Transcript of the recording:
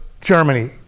Germany